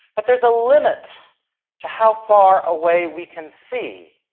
but there's a limit to how far away we can see,